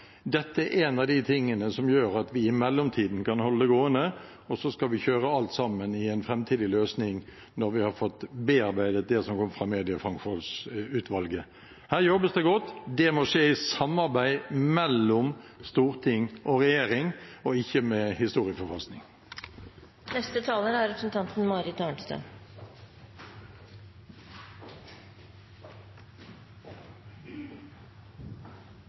Dette er en av de tingene som gjør at vi i mellomtiden kan holde det gående, og så skal vi kjøre alt sammen i en framtidig løsning når vi har fått bearbeidet det som kom fra Mediemangfoldsutvalget. Her jobbes det godt, det må skje i samarbeid mellom storting og regjering, og ikke med historieforfalskninger. Senterpartiet er